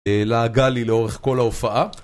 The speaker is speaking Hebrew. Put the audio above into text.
לעגה לי לאורך כל ההופעה